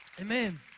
Amen